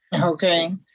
Okay